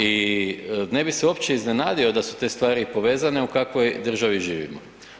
I ne bi se uopće iznenadio da su te stvari povezane, u kakvoj državi živimo.